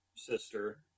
sister